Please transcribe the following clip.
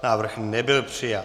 Návrh nebyl přijat.